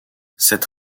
cette